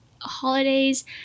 holidays